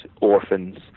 orphans